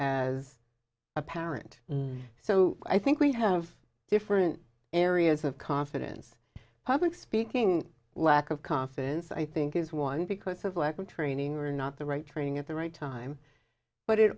as a parent so i think we have different areas of confidence public speaking lack of confidence i think is one because of lack of training or not the right training at the right time but it